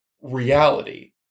reality